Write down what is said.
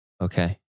Okay